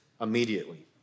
immediately